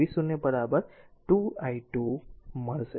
5 v0 અને v0 2 i2 મળશે